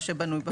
מה שבנוי בפועל.